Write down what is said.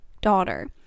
daughter